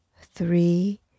three